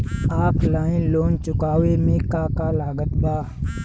Offline loan चुकावे म का का लागत बा?